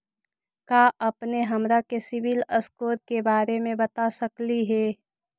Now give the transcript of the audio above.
का अपने हमरा के सिबिल स्कोर के बारे मे बता सकली हे?